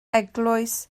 eglwys